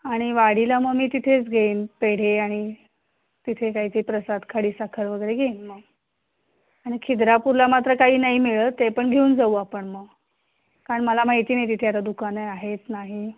आणि वाडीला मग मी तिथेच घेईन पेढे आणि तिथे काय ते प्रसाद खाडीसाखर वगैरे घेईन मग आणि खिद्रापूरला मात्र काही नाही मिळत ते पण घेऊन जाऊ आपण मग कारण मला माहिती नाही आहे तिथे आता दुकानं आहेत नाही